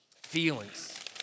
Feelings